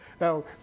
Now